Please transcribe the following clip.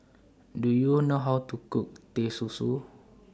Do YOU know How to Cook Teh Susu